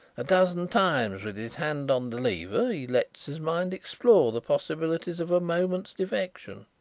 a dozen times with his hand on the lever he lets his mind explore the possibilities of a moment's defection.